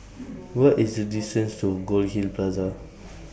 What IS The distance to Goldhill Plaza